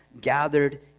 gathered